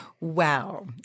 Wow